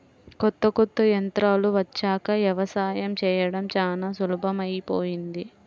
కొత్త కొత్త యంత్రాలు వచ్చాక యవసాయం చేయడం చానా సులభమైపొయ్యింది